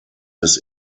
des